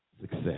success